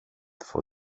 två